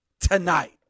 tonight